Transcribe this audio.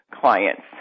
clients